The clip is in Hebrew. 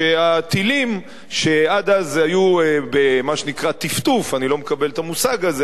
שהטילים שעד אז היו מה שנקרא "טפטוף" אני לא מקבל את המושג הזה,